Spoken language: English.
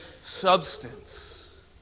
substance